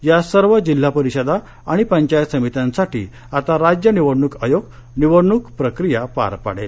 या सर्व जिल्हा परिषदा आणि पंचायत समित्यांसाठी आता राज्य निवडणूक आयोग निवडणूक प्रक्रिया पार पाडेल